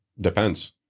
depends